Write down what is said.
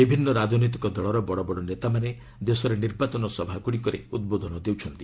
ବିଭିନ୍ନ ରାଜନୈତିକ ଦଳର ବଡବଡ ନେତାମାନେ ଦେଶରେ ନିର୍ବାଚନ ସଭାଗୁଡ଼ିକରେ ଉଦ୍ବୋଧନ ଦେଉଛନ୍ତି